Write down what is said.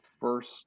first